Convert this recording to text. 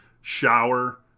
Shower